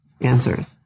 answers